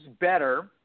better